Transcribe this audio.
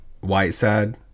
Whiteside